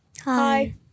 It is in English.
Hi